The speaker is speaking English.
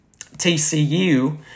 TCU